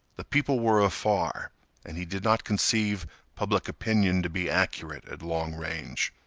the people were afar and he did not conceive public opinion to be accurate at long range.